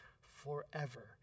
forever